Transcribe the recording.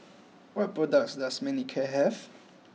what products does Manicare have